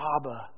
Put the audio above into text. Abba